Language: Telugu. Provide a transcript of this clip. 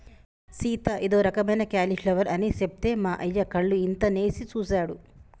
సీత ఇదో రకమైన క్యాలీఫ్లవర్ అని సెప్తే మా అయ్య కళ్ళు ఇంతనేసి సుసాడు